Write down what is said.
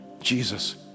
Jesus